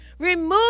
Remove